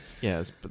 Yes